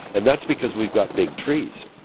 and that's because we've got big trees.